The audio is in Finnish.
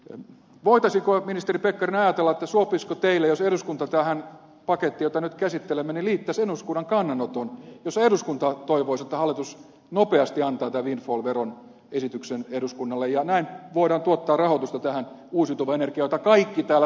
voitaisiinko ministeri pekkarinen ajatella että sopisiko teille jos eduskunta tähän pakettiin jota nyt käsittelemme liittäisi eduskunnan kannanoton jossa eduskunta toivoisi että hallitus nopeasti antaa tämän windfall veron esityksen eduskunnalle ja näin voidaan tuottaa rahoitusta tähän uusiutuvaan energiaan jota kaikki täällä tuntuvat rakastavan